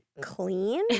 clean